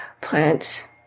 plants